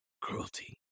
cruelty